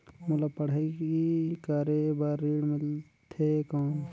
मोला पढ़ाई करे बर ऋण मिलथे कौन?